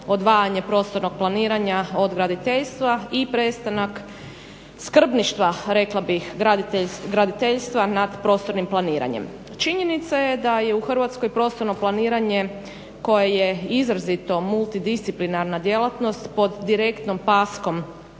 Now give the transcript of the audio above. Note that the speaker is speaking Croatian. odvajanje prostornog planiranja od graditeljstva i prestanak skrbništva rekla bih graditeljstva nad prostornim planiranjem. Činjenica je da je u Hrvatskoj prostorno planiranje koje je izrazito multidisciplinarna djelatnost pod direktnom paskom